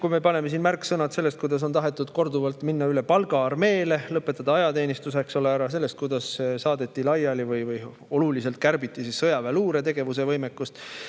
kui me nimetame siin märksõnad sellest, kuidas on korduvalt tahetud minna üle palgaarmeele, lõpetada ajateenistus, eks ole, ära, sellest, kuidas saadeti laiali või oluliselt kärbiti sõjaväeluuretegevuse võimekust,